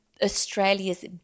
Australia's